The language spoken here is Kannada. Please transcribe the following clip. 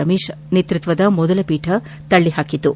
ರಮೇಶ್ ನೇತೃತ್ವದ ಮೊದಲ ಪೀಠ ತಳ್ಳಹಾಕಿತು